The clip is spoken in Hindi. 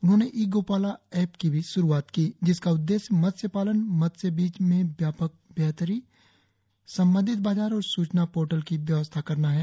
उन्होंने ई गोपाला ऐप की भी श्रूआत की जिसका उद्देश्य मत्स्य पालन मत्स्य बीज में व्यापक बेहतरी संबंधित बाजार और सूचना पोर्टल की व्यवस्था करना है